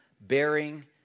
bearing